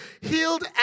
Healed